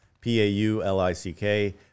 P-A-U-L-I-C-K